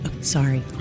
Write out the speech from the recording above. sorry